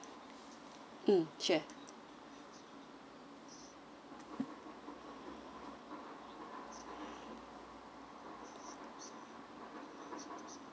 mm sure